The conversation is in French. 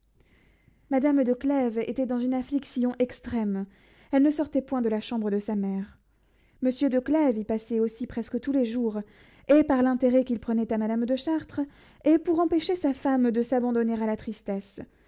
madame de clèves était dans une affliction extrême elle ne sortait point de la chambre de sa mère monsieur de clèves y passait aussi presque tous les jours et par l'intérêt qu'il prenait à madame de chartres et pour empêcher sa femme de s'abandonner à la tristesse